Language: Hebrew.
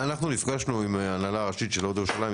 אנחנו נפגשנו עם ההנהלה הראשית של "עוף ירושלים",